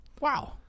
Wow